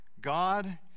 God